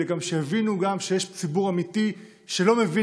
אלא שיבינו גם שיש ציבור אמיתי שלא מבין